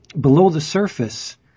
below-the-surface